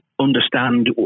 understand